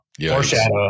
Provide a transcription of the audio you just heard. foreshadow